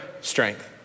strength